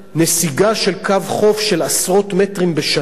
נסיגה של קו החוף של עשרות מטרים בשנה,